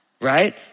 right